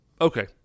Okay